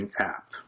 app